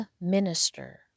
minister